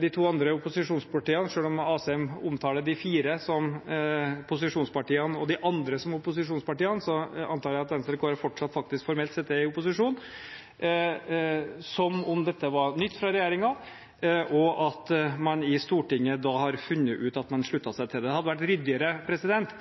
de to andre opposisjonspartiene – selv om Asheim omtaler de fire som posisjonspartiene og de andre som opposisjonspartiene, antar jeg at Venstre og Kristelig Folkeparti fortsatt faktisk formelt sett er i opposisjon – som om dette var nytt fra regjeringen, og at man da i Stortinget har funnet ut at man sluttet seg til det. Det hadde vært ryddigere